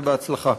ובהצלחה.